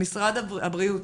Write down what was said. למשרד הבריאות,